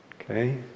Okay